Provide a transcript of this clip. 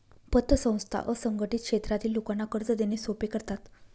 पतसंस्था असंघटित क्षेत्रातील लोकांना कर्ज देणे सोपे करतात